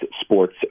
sports